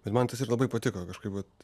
bet man tas ir labai patiko kažkaip vat